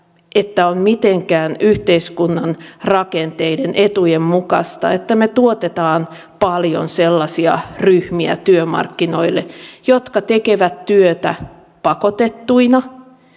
että on mitenkään yhteiskunnan rakenteiden etujen mukaista että me tuotamme paljon sellaisia ryhmiä työmarkkinoille jotka tekevät työtä pakotettuina